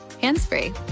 hands-free